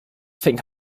think